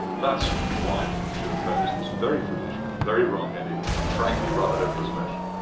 that's why you should oppose this very foolish, very wrong-headed, and frankly rather hopeless motion.